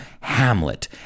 Hamlet